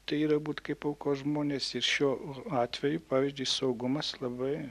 tai yra būt kaip aukos žmonės ir šiuo atveju pavyzdžiui saugumas labai